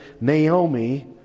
Naomi